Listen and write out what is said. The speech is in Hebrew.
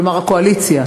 כלומר הקואליציה,